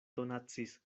donacis